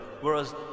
Whereas